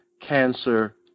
cancer